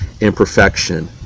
imperfection